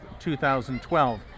2012